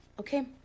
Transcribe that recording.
okay